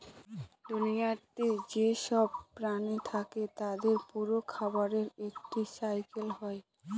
দুনিয়াতে যেসব প্রাণী থাকে তাদের পুরো খাবারের একটা সাইকেল হয়